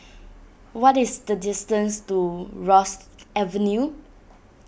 what is the distance to Rosyth Avenue